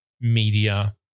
media